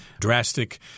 drastic